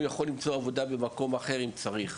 יוכל למצוא עבודה במקום אחר אם צריך,